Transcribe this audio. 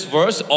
verse